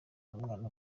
umwana